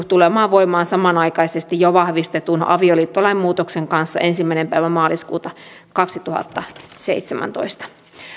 tulemaan voimaan samanaikaisesti jo vahvistetun avioliittolain muutoksen kanssa ensimmäinen päivä maaliskuuta kaksituhattaseitsemäntoista